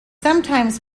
sometimes